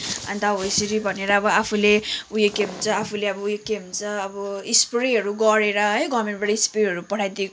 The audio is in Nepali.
अन्त हो यसरी भनेर अब आफूले उयो के भन्छ आफूले अब उयो के भन्छ स्प्रेहरू गरेर है गभर्मेन्टबाट स्प्रेहरू पठाइदिए पो